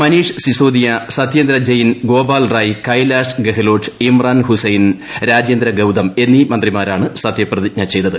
മനീഷ് സിസോദിയ സത്യേന്ദർ ജെയ്ൻ ഗോപൽ റായ് കൈലാഷ് ഗെഹ്ലോട്ട് ഇമ്രാൻ ഹുസൈൻ രാജേന്ദ്ര ഗൌതം എന്നീ മന്ത്രിമാരാണ് സത്യപ്രതിജ്ഞ ചെയ്തത്